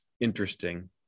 interesting